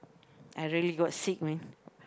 I really got sick man